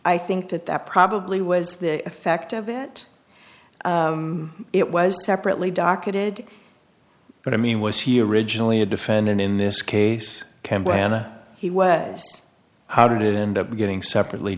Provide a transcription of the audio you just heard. i think that that probably was the effect of it it was separately docketed but i mean was he originally a defendant in this case campbell and he was how did it end up getting separately